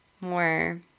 more